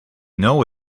know